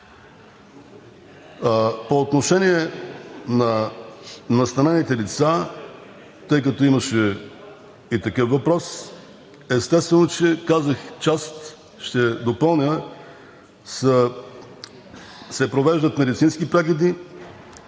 По отношение на настанените лица, тъй като имаше и такъв въпрос – естествено, казах, че ще допълня частта. Провеждат се медицински прегледи,